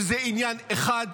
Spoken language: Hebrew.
וזה עניין אחד,